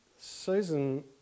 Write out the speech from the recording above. Susan